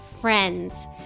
friends